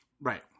Right